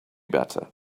better